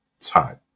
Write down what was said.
time